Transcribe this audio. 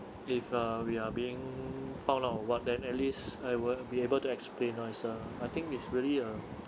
if uh we are being found out or what then at least I will be able to explain nicer I think it's really a